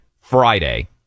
Friday